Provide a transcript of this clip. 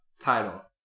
title